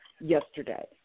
yesterday